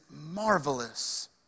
marvelous